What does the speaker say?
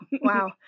Wow